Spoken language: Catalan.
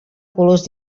colors